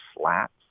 slats